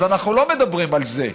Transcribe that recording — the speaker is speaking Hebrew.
אז אנחנו לא מדברים על זה,